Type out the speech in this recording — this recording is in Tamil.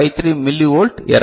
53 மில்லிவோல்ட் எரர்